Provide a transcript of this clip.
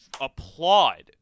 applaud